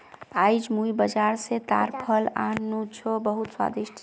आईज मुई बाजार स ताड़ फल आन नु जो बहुत स्वादिष्ट छ